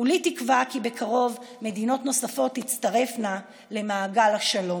כולי תקווה כי בקרוב מדינות נוספות תצטרפנה למעגל השלום.